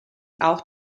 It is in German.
auch